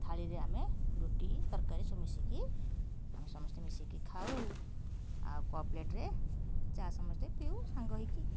ଥାଳିରେ ଆମେ ରୁଟି ତରକାରୀ ସବୁ ମିଶିକି ଆମେ ସମସ୍ତେ ମିଶିକି ଖାଉ ଆଉ କପ୍ ପ୍ଲେଟ୍ରେ ଚା' ସମସ୍ତେ ପିଉ ସାଙ୍ଗ ହେଇକି